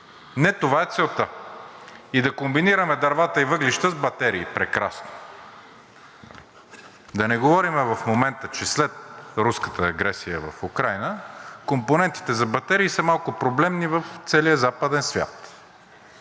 Не това е целта! И да комбинираме дървата и въглищата с батерии! Прекрасно! Да не говорим в момента, че след руската агресия в Украйна компонентите за батерии са малко проблемни в целия Западен свят.